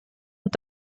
und